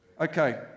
Okay